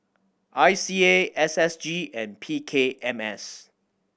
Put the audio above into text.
I C A S S G and P K M S